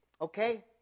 okay